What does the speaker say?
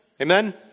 Amen